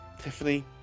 Tiffany